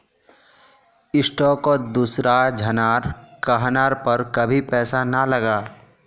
स्टॉकत दूसरा झनार कहनार पर कभी पैसा ना लगा